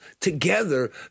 together